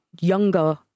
younger